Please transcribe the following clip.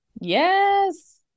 Yes